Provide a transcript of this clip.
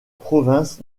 province